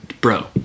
Bro